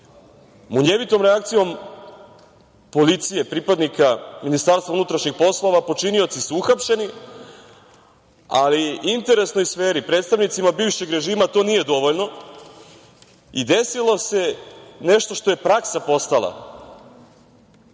Munjevitom reakcijom policije, pripadnika MUP-a počinioci su uhapšeni, ali interesnoj sferi, predstavnicima bivšeg režima, to nije dovoljno i desilo se nešto što je praksa postala,